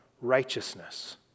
righteousness